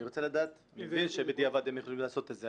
אני מבין שבדיעבד הם יכולים לעשות את זה,